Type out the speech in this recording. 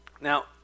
Now